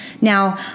Now